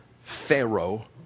Pharaoh